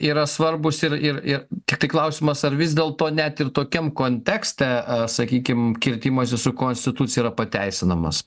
yra svarbūs ir ir ir tiktai klausimas ar vis dėlto net ir tokiam kontekste sakykim kirtimasi su konstitucija yra pateisinamas